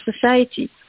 society